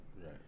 Right